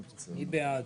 מי בעד?